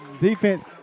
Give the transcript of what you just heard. defense